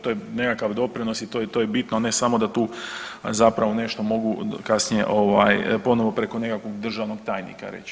To je nekakav doprinos i to je bitno ne samo da tu zapravo nešto mogu kasnije ponovno preko nekakvog državnog tajnika reći.